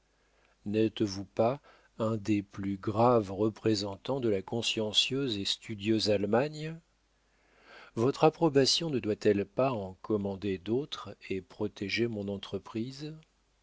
n'êtes-vous pas un des plus graves représentants de la consciencieuse et studieuse allemagne votre approbation ne doit-elle pas en commander d'autres et protéger mon entreprise